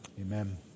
amen